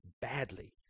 badly